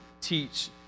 teach